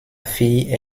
fille